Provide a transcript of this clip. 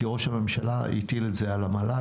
כי ראש הממשלה הטיל את זה על המל"ל,